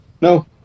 no